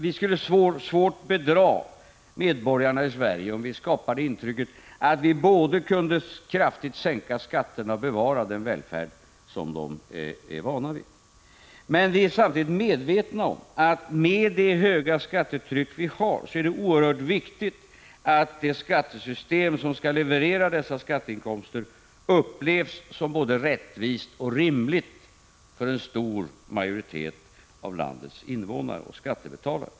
Vi skulle svårt bedra medborgarna i Sverige om vi skapade intryck av att det är möjligt att både kraftigt sänka skatterna och bevara den välfärd som de är vana vid. Vi är samtidigt medvetna om att det, i och med det hårda skattetrycket, är oerhört viktigt att det skattesystem som skall leverera dessa skatteinkomster upplevs som både rättvist och rimligt för en stor majoritet av landets invånare och skattebetalare.